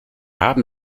haben